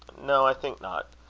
no, i think not.